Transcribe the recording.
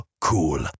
cool